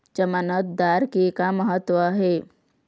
जमानतदार के का महत्व हे?